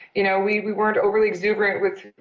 you know, we we weren't ah really exuberant with,